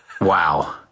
wow